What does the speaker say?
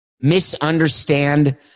misunderstand